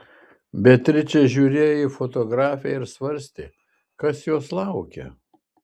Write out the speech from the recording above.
beatričė žiūrėjo į fotografiją ir svarstė kas jos laukia